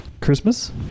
Christmas